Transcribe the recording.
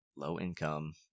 Low-income